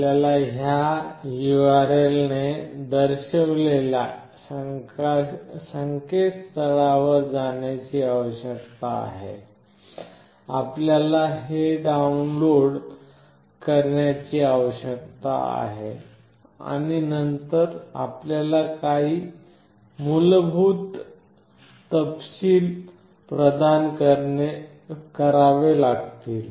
आपल्याला ह्या URL ने दर्शविलेल्या संकेतस्थळावर जाण्याची आवश्यकता आहे आपल्याला हे डाउनलोड करण्याची आवश्यकता आहे आणि नंतर आपल्याला काही मूलभूत तपशील प्रदान करावे लागतील